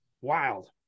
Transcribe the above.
Wild